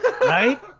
Right